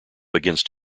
against